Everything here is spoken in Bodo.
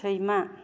सैमा